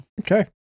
Okay